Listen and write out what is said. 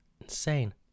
insane